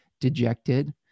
dejected